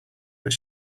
that